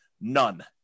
None